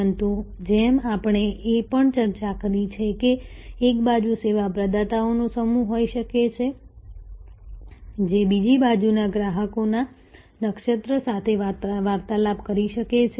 પરંતુ જેમ આપણે એ પણ ચર્ચા કરી છે કે એક બાજુ સેવા પ્રદાતાઓનો સમૂહ હોઈ શકે છે જે બીજી બાજુના ગ્રાહકોના નક્ષત્ર સાથે વાર્તાલાપ કરી શકે છે